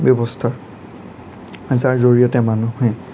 ব্যৱস্থা যাৰ জৰিয়তে মানুহে